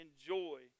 enjoy